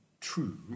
true